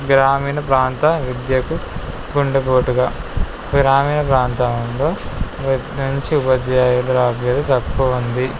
గ్రామీణ ప్రాంత విద్యకు గుండె పోటుగా గ్రామీణ ప్రాంతంలో నుంచి ఉపాధ్యాయుల లభ్యత తక్కువ ఉంది